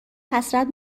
حسرت